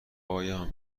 آیا